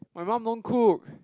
my mum don't cook